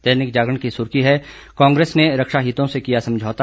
दैनिक जागरण की सुर्खी है कांग्रेस ने रक्षा हितों से किया समझौता